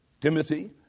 Timothy